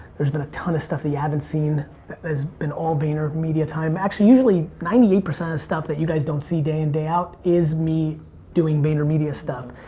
there's been a ton of stuff that you haven't seen that has been all vaynermedia time. actually, usually ninety eight percent of stuff that you guys don't see day in, day out is me doing vaynermedia stuff.